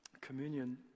communion